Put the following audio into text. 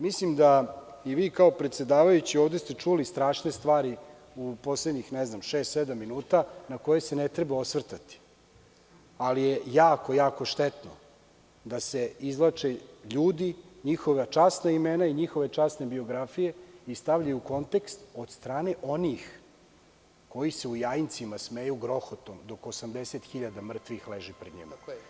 Mislim da ste i vi kao predsedavajući ovde čuli strašne stvari u poslednjih šest, sedam minuta na koje se ne treba osvrtati, ali je jako štetno da se izvlače ljudi, njihova časna imena i njihove časne biografije i stavljaju u kontekst od strane onih koji se u Jajincima smeju grohotom dok 80.000 mrtvih leži pred njima.